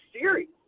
Series